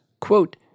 quote